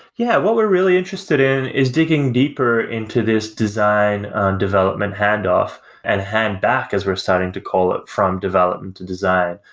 yeah. what we're really interested in is digging deeper into this design development handoff and hang back as we're starting to call it from development to design.